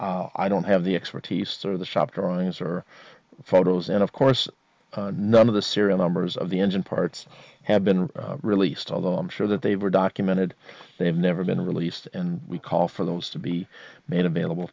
but i don't have the expertise sort of the shop drawings or photos and of course none of the serial numbers of the engine parts have been released although i'm sure that they were documented they have never been released and we call for those to be made available